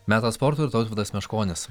metas sportui ir tautvydas meškonis